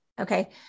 Okay